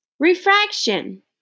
Refraction